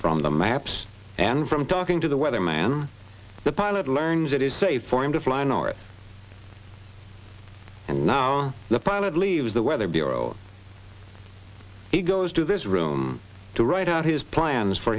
from the maps and from talking to the weather man the pilot learns that it's safe for him to fly north and now the pilot leaves the weather bureau he goes to this room to write out his plans for